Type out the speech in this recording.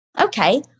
Okay